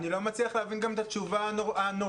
אני גם לא מצליח להבין את התשובה הנורמטיבית,